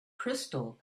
crystal